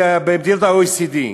במדינות ה-OECD.